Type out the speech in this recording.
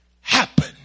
happen